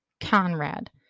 Conrad